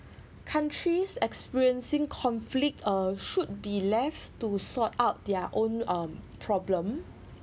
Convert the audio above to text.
countries experiencing conflict uh should be left to sort out their own um problem